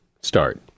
start